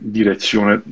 direzione